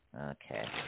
Okay